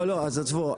לא, לא, אז עזבו.